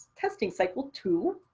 testing cycle two,